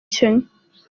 kenya